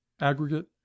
aggregate